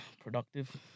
Productive